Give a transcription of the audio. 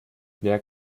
wer